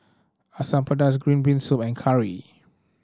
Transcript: Asam Pedas green bean soup and curry